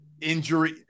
injury